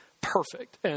perfect